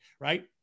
Right